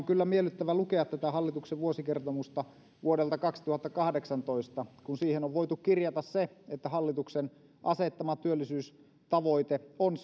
kyllä miellyttävä lukea tätä hallituksen vuosikertomusta vuodelta kaksituhattakahdeksantoista kun siihen on on voitu kirjata se että hallituksen asettama työllisyystavoite on